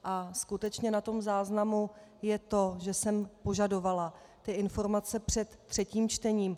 A skutečně na záznamu je, že jsem požadovala ty informace před třetím čtením.